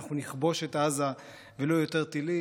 אנחנו נכבוש את עזה ולא יהיו יותר טילים.